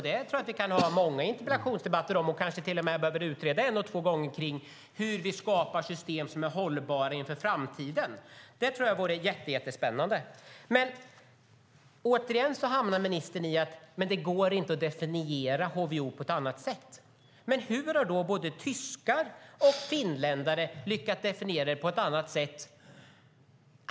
Det tror jag att vi kan ha många interpellationsdebatter om. Vi kanske till och med behöver utreda hur vi skapar system som är hållbara inför framtiden. Det tror jag vore jättespännande. Återigen hamnar ministern i att det inte går att definiera HVO på ett annat sätt. Hur har då både tyskar och finländare lyckats definiera det på ett annat sätt?